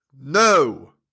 no